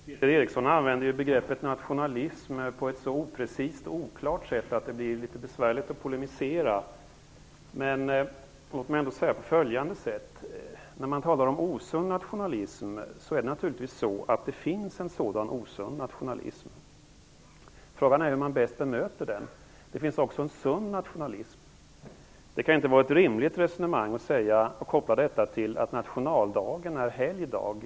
Fru talman! Peter Eriksson använder begreppet nationalism på ett så oprecist och oklart sätt att det blir litet besvärligt att polemisera. Men låt mig ändå säga på följande sätt: Man talar om osund nationalism. Det finns naturligtvis en sådan. Frågan är hur man bäst bemöter den. Det finns också en sund nationalism. Det kan inte vara rimligt att koppla detta till att nationaldagen är helgdag.